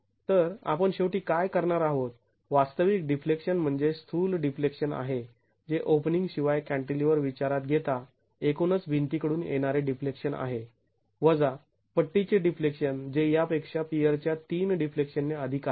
तर आपण शेवटी काय करणार आहोत वास्तविक डिफ्लेक्शन म्हणजे स्थूल डिफ्लेक्शन आहे जे ओपनिंग शिवाय कॅण्टीलिव्हर विचारात घेता एकूणच भिंती कडून येणारे डिफ्लेक्शन आहे वजा पट्टीचे डिफ्लेक्शन जे यापेक्षा पियरच्या ३ डिफ्लेक्शन ने अधिक आहे